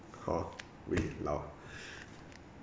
hor read it loud